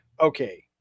okay